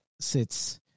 sits